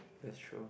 that's true